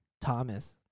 Thomas